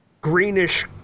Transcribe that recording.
greenish